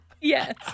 Yes